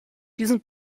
diesen